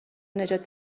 نجات